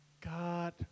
God